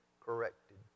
corrected